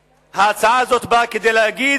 ההצעה הזו באה כדי להגיד: